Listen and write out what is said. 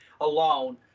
alone